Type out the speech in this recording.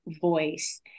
voice